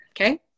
okay